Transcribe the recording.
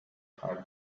heart